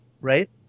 Right